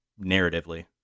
narratively